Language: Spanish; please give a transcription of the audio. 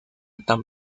tan